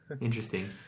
Interesting